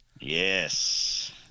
Yes